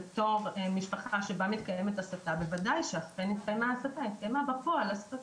במקרה כזה, בוודאי שאכן התקיימה בפועל הסתה.